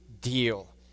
deal